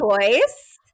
choice